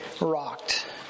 rocked